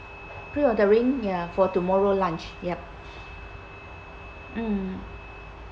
pre-ordering ya for tomorrow lunch yup mm